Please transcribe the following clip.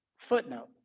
footnote